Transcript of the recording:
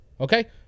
Okay